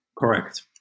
Correct